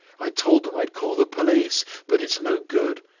i told them i'd call the police. but it's no good.